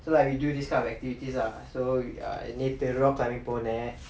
so like we do these kind of activities lah so நேத்து:nethu rock climbing போனே:ponae